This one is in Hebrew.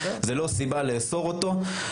זה לא סיבה לאסור אותו.